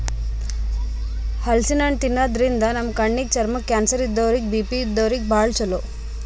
ಹಲಸಿನ್ ಹಣ್ಣ್ ತಿನ್ನಾದ್ರಿನ್ದ ನಮ್ ಕಣ್ಣಿಗ್, ಚರ್ಮಕ್ಕ್, ಕ್ಯಾನ್ಸರ್ ಇದ್ದೋರಿಗ್ ಬಿ.ಪಿ ಇದ್ದೋರಿಗ್ ಭಾಳ್ ಛಲೋ